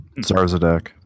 zarzadek